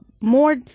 more